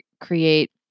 create